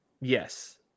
Yes